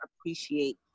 appreciate